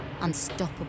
unstoppable